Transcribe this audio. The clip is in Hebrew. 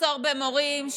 מחסור במורים,